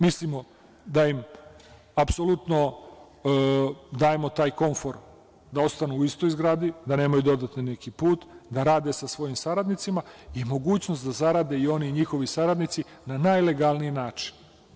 Mislimo da im apsolutno dajemo taj komfor da ostanu u istoj zgradi, da nemaju dodatni neki put, da rade sa svojim saradnicima i mogućnost da zarade i oni i njihovi saradnici na najlegalniji način.